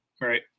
right